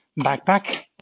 backpack